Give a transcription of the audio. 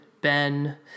Ben